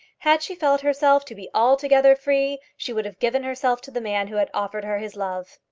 had she felt herself to be altogether free, she would have given herself to the man who had offered her his love.